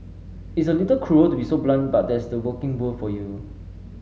it's a little cruel to be so blunt but that's the working world for you